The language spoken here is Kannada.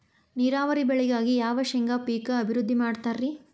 ನೇರಾವರಿ ಬೆಳೆಗಾಗಿ ಯಾವ ಶೇಂಗಾ ಪೇಕ್ ಅಭಿವೃದ್ಧಿ ಮಾಡತಾರ ರಿ?